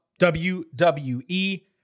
WWE